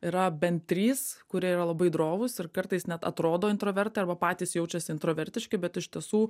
yra bent trys kurie yra labai drovūs ir kartais net atrodo introvertai arba patys jaučiasi introvertiški bet iš tiesų